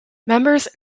members